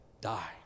die